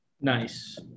Nice